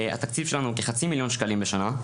התקציב שלנו כחצי מיליון שקלים בשנה,